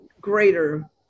greater